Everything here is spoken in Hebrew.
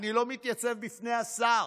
אני לא מתייצב בפני השר.